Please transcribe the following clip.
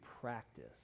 practice